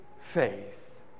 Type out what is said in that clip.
faith